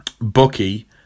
Bucky